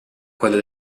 quelle